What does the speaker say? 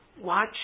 Watch